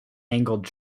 angled